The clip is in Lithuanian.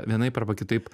vienaip arba kitaip